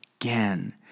again